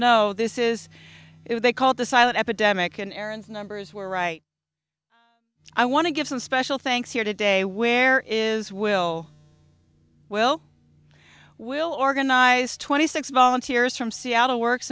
know this is what they called the silent epidemic in aaron's numbers were right i want to give them special thanks here today where is will will will organize twenty six volunteers from seattle works